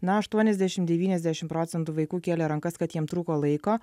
na aštuoniasdešim devyniasdešim procentų vaikų kėlė rankas kad jiem trūko laiko